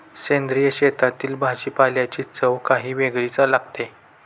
सेंद्रिय शेतातील भाजीपाल्याची चव काही वेगळीच लागते